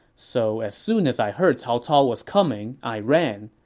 so as soon as i heard cao cao was coming, i ran.